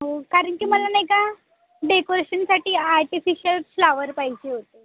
हो कारण की मला नाही का डेकोरेशनसाठी आर्टिफिशल फ्लावर पाहिजे होते